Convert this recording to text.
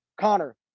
Connor